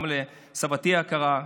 וגם לסבתי היקרה,